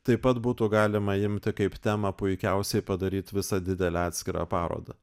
taip pat būtų galima imti kaip temą puikiausiai padaryt visą didelę atskirą parodą